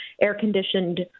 air-conditioned